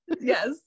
Yes